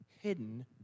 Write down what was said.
hidden